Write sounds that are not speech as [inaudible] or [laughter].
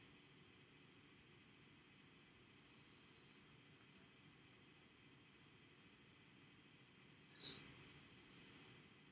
[breath]